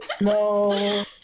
no